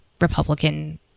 Republican